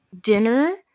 dinner